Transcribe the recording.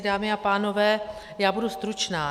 Dámy a pánové, já budu stručná.